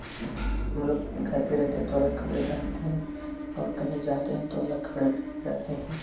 हम लोग घर पर रहते हैं तो अलग कपड़े पहनते हैं और कहीं जाते हैं तो अलग कपड़े पहन कर जाते हैं